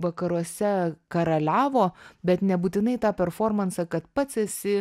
vakaruose karaliavo bet nebūtinai tą performansą kad pats esi